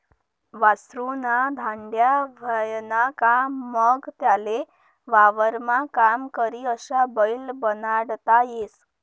वासरु ना धांड्या व्हयना का मंग त्याले वावरमा काम करी अशा बैल बनाडता येस